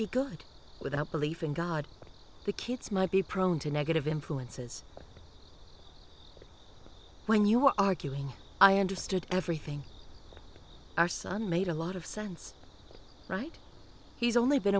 be good without belief in god the kids might be prone to negative influences when you were arguing i understood everything our son made a lot of sense right he's only been